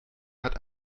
hat